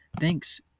Thanks